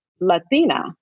Latina